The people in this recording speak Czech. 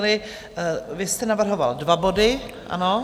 Vy jste navrhoval dva body, ano?